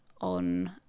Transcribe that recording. on